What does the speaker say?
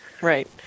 Right